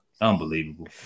Unbelievable